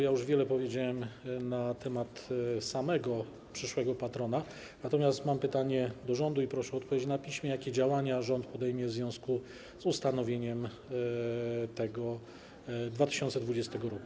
Ja już wiele powiedziałem na temat samego przyszłego patrona, natomiast mam pytanie do rządu i proszę o odpowiedź na piśmie: Jakie działania rząd podejmie w związku z ustanowieniem tego patrona 2022 r.